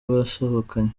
basohokanye